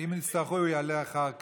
אם יצטרכו, הוא יעלה אחר כך.